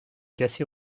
casser